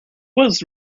was